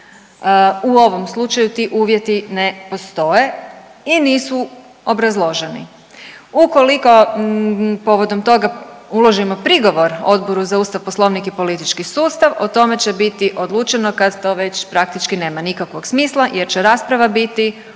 U ovom slučaju ti uvjeti ne postoje i nisu obrazloženi. Ukoliko povodom toga uložimo prigovor Odboru za Ustav, Poslovnik i politički sustav o tome će biti odlučeno kad to već praktički nema nikakvog smisla jer će rasprava biti okončana,